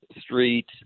street